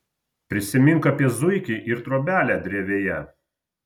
prisimink apie zuikį ir trobelę drevėje